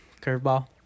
curveball